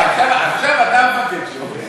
עכשיו אתה המפקד שלו.